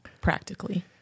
practically